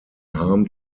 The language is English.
harm